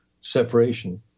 separation